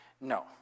No